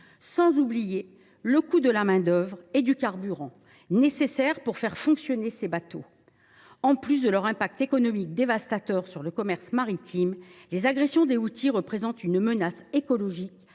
sans oublier le coût de la main d’œuvre et du carburant nécessaires pour faire fonctionner ces bateaux. Au delà de leurs impacts économiques dévastateurs sur le commerce maritime, les agressions des Houthis représentent une menace écologique